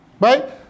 Right